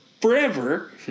forever